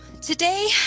Today